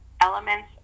elements